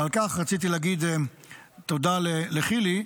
וכל כך רציתי להגיד תודה לחילי,